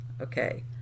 okay